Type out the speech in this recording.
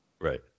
Right